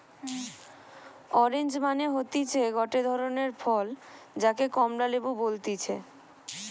orange মানে হতিছে গটে ধরণের ফল যাকে কমলা লেবু বলতিছে